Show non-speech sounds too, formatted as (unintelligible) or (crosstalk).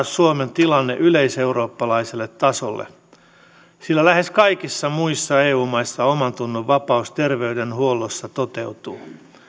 (unintelligible) suomen tilanne yleiseurooppalaiselle tasolle sillä lähes kaikissa muissa eu maissa omantunnonvapaus terveydenhuollossa toteutuu